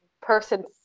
person